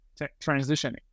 transitioning